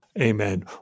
Amen